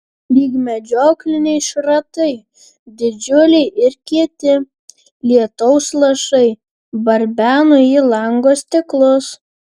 lyg medžiokliniai šratai didžiuliai ir kieti lietaus lašai barbeno į lango stiklus